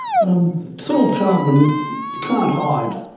soil carbon can't hide.